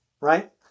right